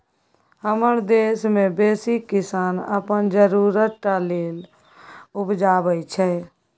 हमरा देश मे बेसी किसान अपन जरुरत टा लेल उपजाबै छै